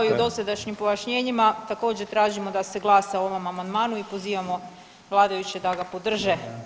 Kao i u dosadašnjim pojašnjenjima također tražimo da se glasa o ovom amandmanu i pozivamo vladajuće da ga podrže.